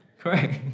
Correct